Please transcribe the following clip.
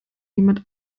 jemand